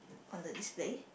on the display